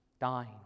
dying